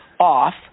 off